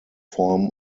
form